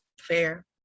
fair